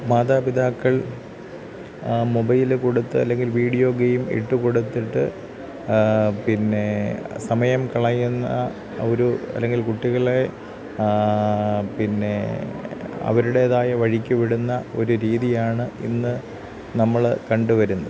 മാതാപിതാക്കൾ മൊബൈല് കൊടുത്ത് അല്ലെങ്കിൽ വീഡിയോ ഗെയ്മ് ഇട്ടു കൊടുത്തിട്ട് പിന്നെ സമയം കളയുന്ന ഒരു അല്ലെങ്കിൽ കുട്ടികളെ പിന്നെ അവരുടെതായ വഴിക്ക് വിടുന്ന ഒരു രീതിയാണ് ഇന്ന് നമ്മൾ കണ്ടുവരുന്നത്